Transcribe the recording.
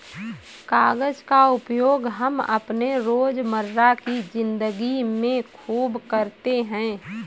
कागज का उपयोग हम अपने रोजमर्रा की जिंदगी में खूब करते हैं